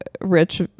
rich